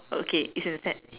okay it's inside